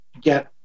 get